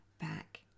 back